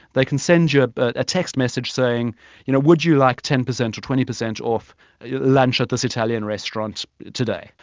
they can send you a but text message saying you know would you like ten percent or twenty percent off lunch at this italian restaurant today?